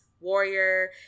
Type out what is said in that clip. warrior